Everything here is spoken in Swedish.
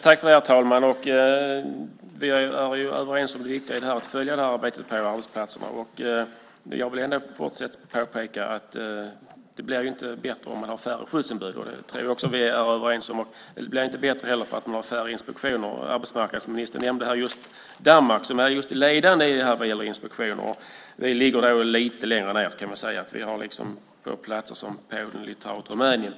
Herr talman! Vi är överens om vikten av att följa det här arbetet ute på arbetsplatserna. Jag vill ändå fortsatt peka på att det inte blir bättre om skyddsombuden är färre. Också det tror jag att vi är överens om. Inte heller blir det bättre när man har färre inspektioner. Arbetsmarknadsministern nämnde Danmark som är ledande just när det gäller inspektioner. Vi ligger lite längre ned, vi har plats som Polen, Litauen och Rumänien.